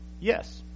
Yes